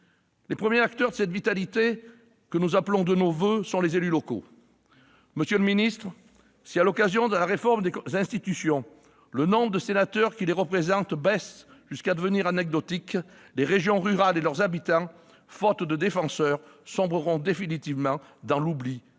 Les premiers acteurs de cette vitalité que nous appelons de nos voeux sont les élus locaux. Monsieur le ministre, si, à l'occasion de la réforme des institutions, le nombre de sénateurs qui les représentent baisse jusqu'à devenir anecdotique, les régions rurales et leurs habitants, faute de défenseurs, sombreront définitivement dans l'oubli et